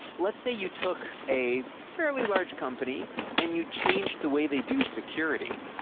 let's say you took a fairly large company and you change the way they do security,